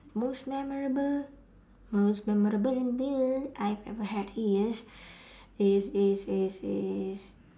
most memorable most memorable meal I've ever had is is is is is